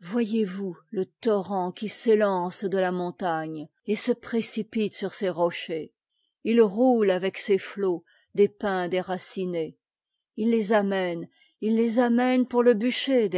voyez-vous le torrent qui s'éiance de la montagne et sepréeipite sur ces rochers il route avec ses flots des pins déracines it les amène it les'amène pour e bûcher